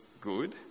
good